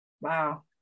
Wow